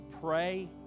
pray